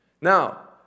Now